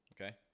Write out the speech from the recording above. Okay